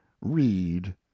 read